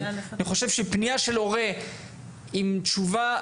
אני חושב שפנייה של הורה עם תשובה